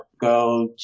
go